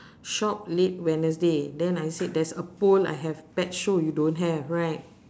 shop late wednesday then I said there's a pole I have pet show you don't have right